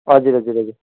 हजुर हजुर हजुर